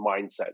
mindset